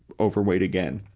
overweight again.